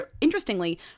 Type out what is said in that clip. interestingly